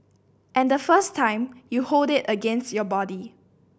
and the first time you hold it against your body